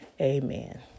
Amen